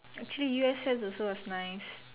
actually U_S_S also was nice